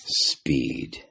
speed